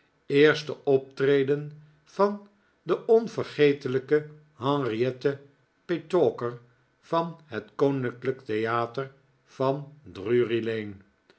eerste optreden van de onvergelijkelijke henriette petowker van het koninklijke theater van